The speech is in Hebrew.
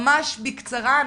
ממש בקצרה.